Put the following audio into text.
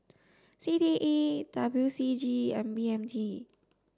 C T E W C G and B M T